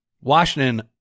Washington